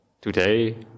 today